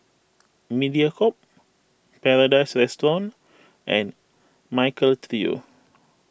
Mediacorp Paradise Restaurant and Michael Trio